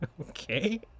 Okay